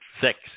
Six